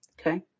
okay